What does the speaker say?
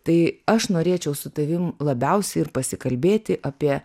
tai aš norėčiau su tavim labiausiai ir pasikalbėti apie